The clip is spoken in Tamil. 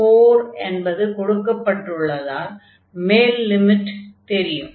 y4 என்பது கொடுக்கப்பட்டுள்ளதால் மேல் லிமிட் தெரியும்